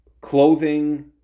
clothing